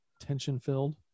tension-filled